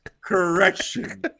correction